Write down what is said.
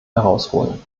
herausholen